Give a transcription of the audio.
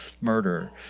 murder